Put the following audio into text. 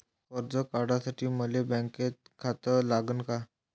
कर्ज काढासाठी मले बँकेत खातं लागन का?